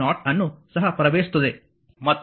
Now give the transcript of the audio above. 5i0 ಅನ್ನು ಸಹ ಪ್ರವೇಶಿಸುತ್ತದೆ